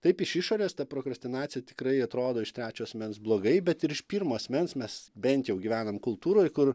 taip iš išorės ta prokrastinacija tikrai atrodo iš trečio asmens blogai bet ir iš pirmo asmens mes bent jau gyvenam kultūroj kur